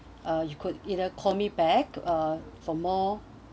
mm you could either call me back for more